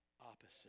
opposite